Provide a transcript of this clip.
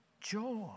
joy